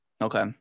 okay